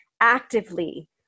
actively